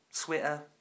Twitter